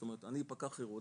זאת אומרת אני פקח עירוני,